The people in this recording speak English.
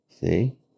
See